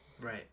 right